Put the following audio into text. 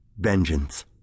vengeance